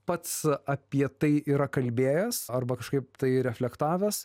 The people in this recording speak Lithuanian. pats apie tai yra kalbėjęs arba kažkaip tai reflektavęs